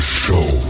show